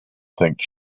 think